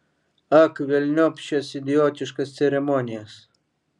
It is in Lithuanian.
ak velniop šias idiotiškas ceremonijas